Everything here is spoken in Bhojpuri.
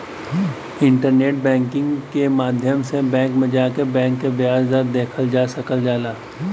इंटरनेट बैंकिंग क माध्यम से बैंक में जाके बैंक क ब्याज दर देखल जा सकल जाला